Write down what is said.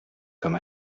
comme